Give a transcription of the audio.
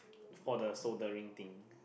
for the soldering things